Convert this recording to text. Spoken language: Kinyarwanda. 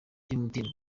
emutiyene